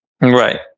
right